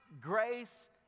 grace